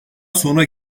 sonra